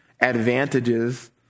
advantages